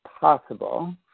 possible